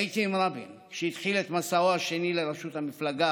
הייתי עם רבין כשהתחיל במסעו השני לראשות המפלגה,